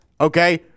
okay